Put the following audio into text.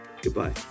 goodbye